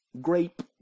Grape